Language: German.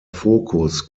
focus